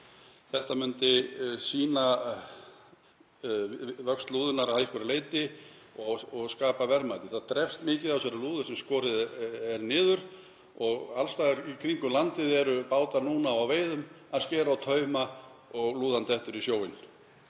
Þetta myndi sýna vöxt lúðunnar að einhverju leyti og skapa verðmæti. Það drepst mikið af þessari lúðu sem skorið er niður og alls staðar í kringum landið eru bátar núna á veiðum að skera á tauma og lúðan dettur í sjóinn.